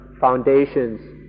foundations